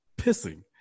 pissing